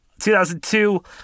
2002